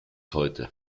heute